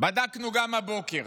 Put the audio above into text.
בדקנו גם הבוקר